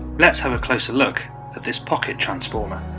let's have a closer look at this pocket transformer